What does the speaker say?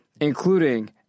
including